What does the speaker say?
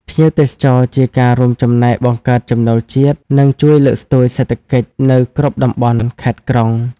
ភ្ញៀវទេសចរជាការរួមចំណែកបង្កើតចំណូលជាតិ និងជួយលើកស្ទួយសេដ្ឋកិច្ចនៅគ្រប់តំបន់ ខេត្ត ក្រុង។